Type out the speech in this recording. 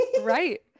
Right